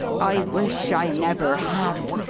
i wish i never had!